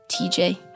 TJ